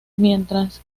mientras